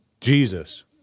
Jesus